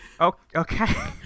Okay